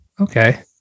okay